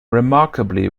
remarkably